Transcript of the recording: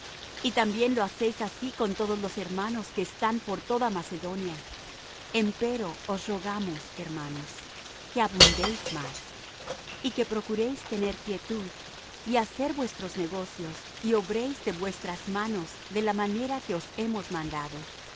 y también lo hacéis así con todos los hermanos que están por toda macedonia empero os rogamos hermanos que abundéis más y que procuréis tener quietud y hacer vuestros negocios y obréis de vuestras manos de la manera que os hemos mandado